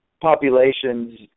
population's